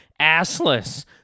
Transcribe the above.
assless